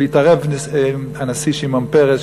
והתערב הנשיא שמעון פרס,